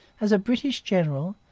as a british general,